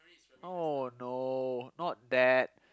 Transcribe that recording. oh no not that